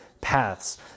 paths